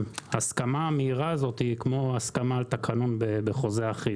לטעמי ההסכמה המהירה הזו היא כמו הסכמה על תקנון בחוזה אחיד,